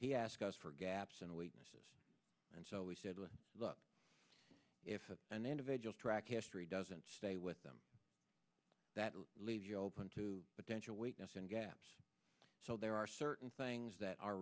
he ask us for gaps in a way to assess and so we said well look if an individual track history doesn't stay with them that leaves you open to potential weakness and gaps so there are certain things that are